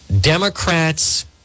Democrats